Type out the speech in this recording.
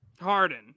Harden